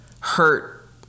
hurt